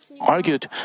argued